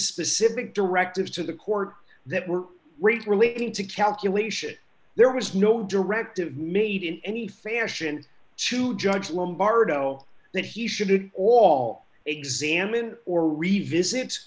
specific directives to the court that were raised relating to calculation there was no directive made in any fashion to judge lombardo that he should all examine or revisit